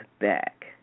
back